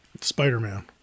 Spider-Man